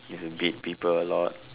use to beat people a lot